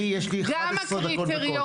ונותרו 11 דקות בקושי.